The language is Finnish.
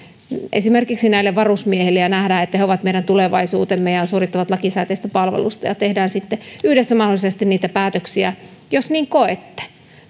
esimerkiksi näille varusmiehille ja nähdään että he ovat meidän tulevaisuutemme ja suorittavat lakisääteistä palvelusta ja tehdään sitten yhdessä mahdollisesti niitä päätöksiä jos niin koette